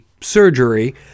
surgery